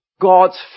God's